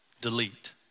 delete